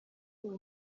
ubu